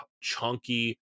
chunky